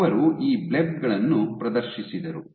ಅವರು ಈ ಬ್ಲೆಬ್ ಗಳನ್ನು ಪ್ರದರ್ಶಿಸಿದರು